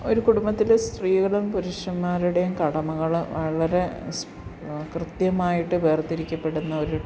ഒരു കുടുംബത്തിൽ സ്ത്രീകളും പുരുഷന്മാരുടെയും കടമകൾ വളരെ കൃത്യമായിട്ട് വേർതിരിക്കപ്പെടുന്ന ഒരു